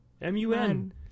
M-U-N